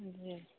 जी